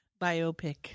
Biopic